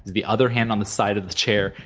the other hand on the side of the chair,